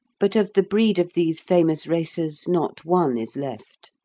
but of the breed of these famous racers not one is left.